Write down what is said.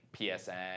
PSN